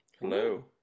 hello